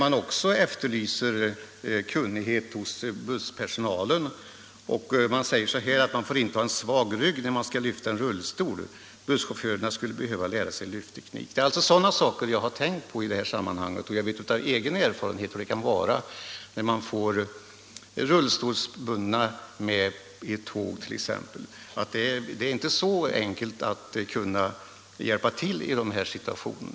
Man efterlyser där kunnighet hos busspersonalen och säger att man får inte ha en svag rygg när man skall lyfta en rullstol. Busschaufförerna skulle behöva lära sig lyftteknik. Det är alltså sådana saker jag har tänkt på i det här sammanhanget, och jag vet av egen erfarenhet hur det kan vara när man får rullstolsbundna passagerare på ett tåg t.ex. Det är inte så enkelt att kunna hjälpa till i sådana situationer.